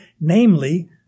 namely